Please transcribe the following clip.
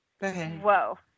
Whoa